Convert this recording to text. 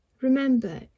Remember